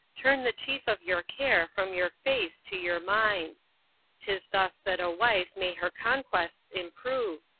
turn the chief of your care from your face to your mind tis thus that a wife may her conquests improve,